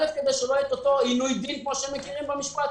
אל"ף כדי שלא יהיה אותו עינוי דין כפי שמכירים במשפט.